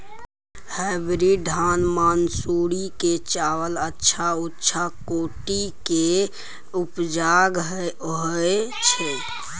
Hybrid धान मानसुरी के चावल अच्छा उच्च कोटि के उपजा होय छै?